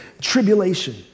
tribulation